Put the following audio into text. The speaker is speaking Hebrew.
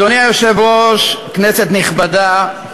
אדוני היושב-ראש, כנסת נכבדה,